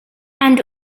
and